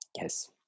Yes